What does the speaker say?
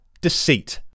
deceit